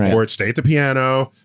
or it's stay at the piano,